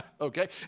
Okay